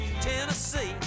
tennessee